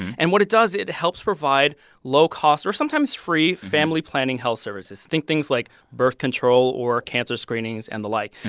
and what it does it helps provide low-cost or sometimes free family-planning health services. think things like birth control or cancer screenings and the like.